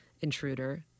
intruder